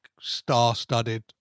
star-studded